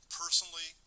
personally